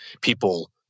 people